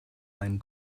einen